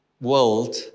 world